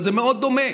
אבל זה מאוד דומה.